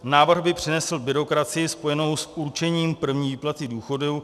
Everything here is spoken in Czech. Návrh by přinesl byrokracii spojenou s určením první výplaty důchodu.